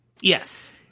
Yes